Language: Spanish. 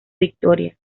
victoria